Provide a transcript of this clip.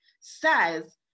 says